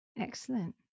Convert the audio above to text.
Excellent